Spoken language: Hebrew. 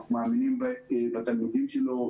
אנחנו מאמינים בתלמידים שלו,